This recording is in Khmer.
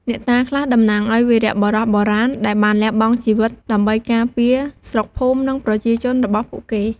អ្នកតាខ្លះតំណាងឱ្យវីរបុរសបុរាណ ដែលបានលះបង់ជីវិតដើម្បីការពារស្រុកភូមិ និងប្រជាជនរបស់ពួកគេ។